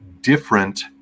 different